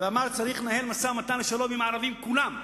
ואמר שצריך לנהל משא-ומתן לשלום עם הערבים כולם,